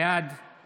בעד